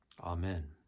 Amen